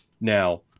Now